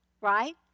right